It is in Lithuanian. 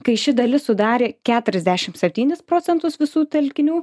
kai ši dalis sudarė keturiasdešim septynis procentus visų telkinių